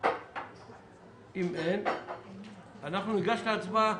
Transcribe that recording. אם אין - ניגש להצבעה.